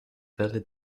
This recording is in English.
belly